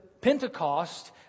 Pentecost